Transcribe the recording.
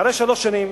אחרי שלוש שנים